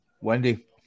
Wendy